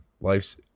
Life's